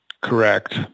Correct